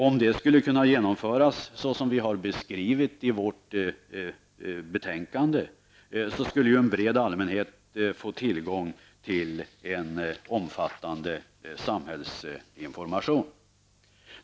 Om detta skulle kunna genomföras så som vi har beskrivit i betänkandet, skulle en bred allmänhet få tillgång till en omfattande samhällsinformation.